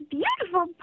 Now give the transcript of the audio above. beautiful